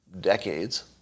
decades